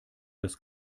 das